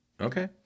Okay